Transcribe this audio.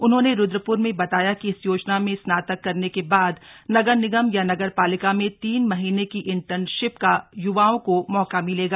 उन्होंने रूद्रपुर में बताया कि इस योजना में स्नातक करने के बाद नगर निगम या नगर पालिका में तीन महीने की इंटर्नशिप का युवाओं को मौका मिलेगा